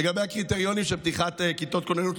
לגבי הקריטריונים של פתיחת כיתות כוננות,